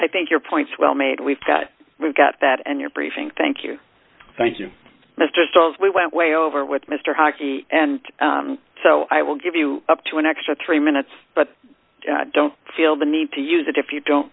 i think your points well made we've got we've got that and you're briefing thank you thank you mr sauls we went way over with mr hockey and so i will give you up to an extra three minutes but i don't feel the need to use it if you don't